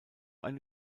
eine